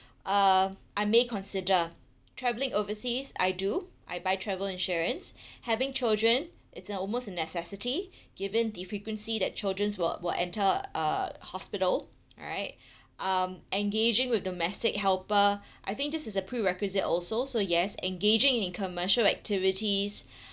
uh I may consider traveling overseas I do I buy travel insurance having children it's an almost a necessity given the frequency that children will will enter a hospital alright um engaging with domestic helper I think this is a pre-requisite also so yes engaging in commercial activities